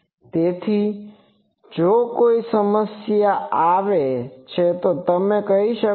તેથી જો કોઈ સમસ્યા આવે તો તમે તે કરી શકો છો